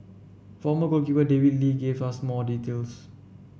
former goalkeeper David Lee gave us more details